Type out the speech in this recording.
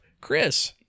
chris